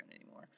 anymore